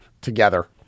together